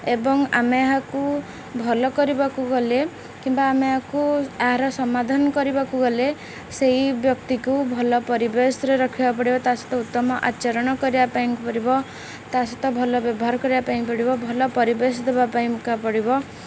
ଏବଂ ଆମେ ଏହାକୁ ଭଲ କରିବାକୁ ଗଲେ କିମ୍ବା ଆମେ ଏହାକୁ ଏହାର ସମାଧାନ କରିବାକୁ ଗଲେ ସେଇ ବ୍ୟକ୍ତିକୁ ଭଲ ପରିବେଶରେ ରଖିବାକୁ ପଡ଼ିବ ତା ସହିତ ଉତ୍ତମ ଆଚରଣ କରିବା ପାଇଁ ପଡ଼ିବ ତା ସହିତ ଭଲ ବ୍ୟବହାର କରିବା ପାଇଁ ପଡ଼ିବ ଭଲ ପରିବେଶ ଦେବା ପାଇଁ ମୁକା ପଡ଼ିବ